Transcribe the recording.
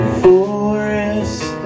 forest